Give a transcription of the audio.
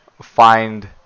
find